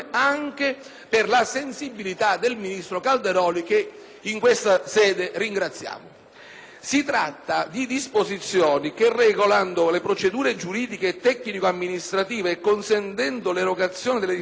in questa sede ringraziamo. Si tratta di disposizioni che, regolando le procedure giuridiche e tecnico-amministrative e consentendo l'erogazione delle risorse finanziarie stanziate dalla legge finanziaria 2007